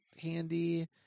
handy